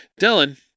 Dylan